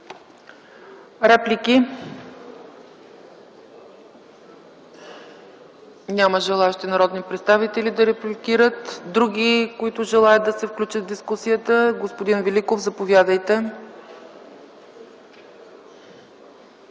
реплики? Няма желаещи народни представители да репликират. Има ли други, които желаят да се включат в дискусията? Господин Великов, заповядайте.